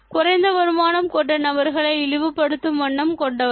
குறைந்த வருமானம் கொண்ட நபர்களை இழிவு படுத்தும் எண்ணம் கொண்டவரா